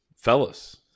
Fellas